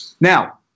Now